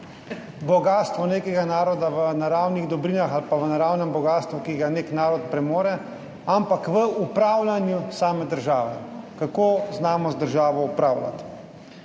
bogastvo nekega naroda v naravnih dobrinah ali v naravnem bogastvu, ki ga nek narod premore, ampak v upravljanju same države, kako znamo z državo upravljati.